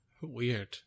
Weird